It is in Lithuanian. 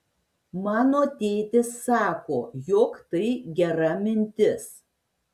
mano tėtis sako jog tai gera mintis